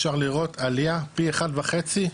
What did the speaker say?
אפשר לראות עלייה פי אחד וחצי,